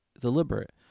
deliberate